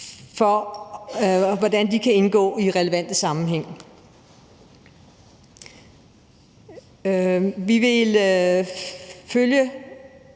til hvordan de kan indgå i en relevant sammenhæng. Ud over det